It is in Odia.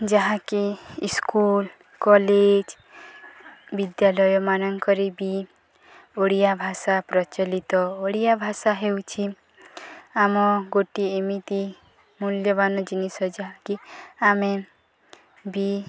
ଯାହାକି ଇସ୍କୁଲ କଲେଜ୍ ବିଦ୍ୟାଳୟମାନଙ୍କରେ ବି ଓଡ଼ିଆ ଭାଷା ପ୍ରଚଲିତ ଓଡ଼ିଆ ଭାଷା ହେଉଛି ଆମ ଗୋଟିଏ ଏମିତି ମୂଲ୍ୟବାନ ଜିନିଷ ଯାହାକି ଆମେ ବି